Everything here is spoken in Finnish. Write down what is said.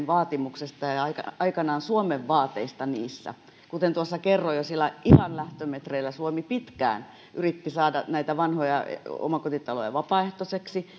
vaatimuksista ja ja aikanaan suomen vaateista niissä kuten jo kerroin silloin ihan lähtömetreillä suomi pitkään yritti saada näitä vanhoja omakotitaloja vapaaehtoiseksi